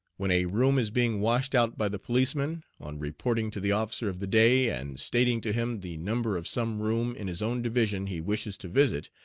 when a room is being washed out by the policeman, on reporting to the officer of the day, and stating to him the number of some room in his own division he wishes to visit,